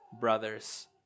brothers